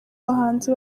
abahanzi